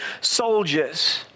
soldiers